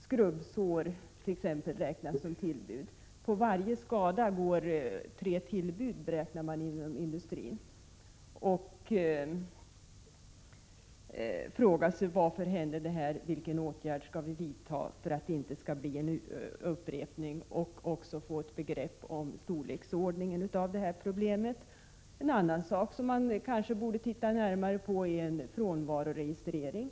Man ställs inför frågan varför någonting har inträffat och vilken åtgärd som är lämplig för att det inte skall bli en upprepning. Man får också en uppfattning om hur stort problemet är. En annan sak som man kanske borde överväga är en frånvaroregistrering.